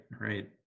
right